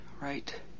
right